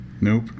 Nope